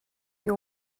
you